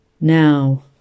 now